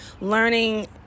learning